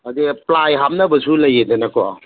ꯍꯥꯏꯗꯤ ꯄ꯭ꯂꯥꯏ ꯍꯥꯞꯅꯕꯁꯨ ꯂꯩꯌꯦꯗꯅꯀꯣ